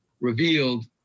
revealed